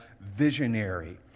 visionary